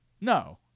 no